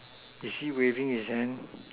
is he waving his hand